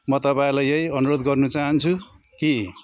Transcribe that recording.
म तपाईँहरलाई यही अनुरोध गर्नु चाहन्छु कि